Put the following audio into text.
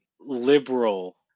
liberal